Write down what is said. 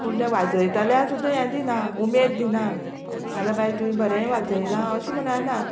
पूण तें वाजयताल्यार सुद्दां हें दिना उमेद दिना नाल्या भाय तुंयें बरें वाजयला अशें म्हणना